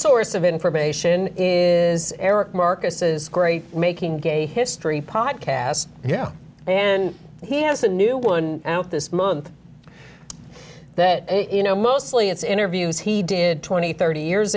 source of information is eric marcus's great making gay history podcast yeah and he has a new one out this month that you know mostly it's interviews he did twenty thirty years